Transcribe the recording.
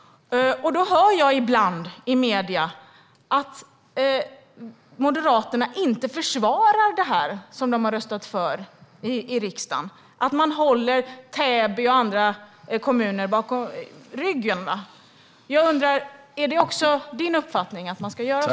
Jag hör ibland i medierna att Moderaterna inte försvarar det som de röstat för i riksdagen. De håller Täby och andra kommuner om ryggen. Är det också din uppfattning att man ska göra så?